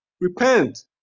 Repent